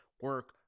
Work